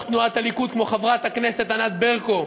תנועת הליכוד כמו חברת הכנסת ענת ברקו,